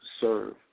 serve